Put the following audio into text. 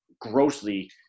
grossly